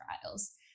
trials